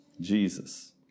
Jesus